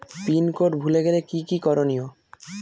Pin code ভুলে গেলে কি কি করনিয়?